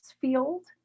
field